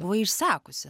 buvai išsekusi